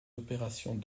opérations